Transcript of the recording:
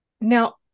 Now